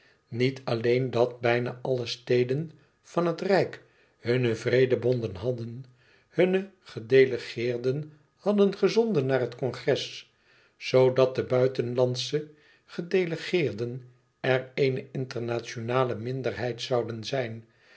niet alleen dat bijna alle steden van het rijk hunne vredebonden hadden hunne gedelegeerden hadden gezonden naar het congres zoodat de buitenlandsche gedelegeerden er eene internationale minderheid zouden zijn